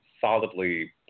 solidly